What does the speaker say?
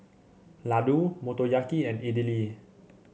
Ladoo Motoyaki and Idili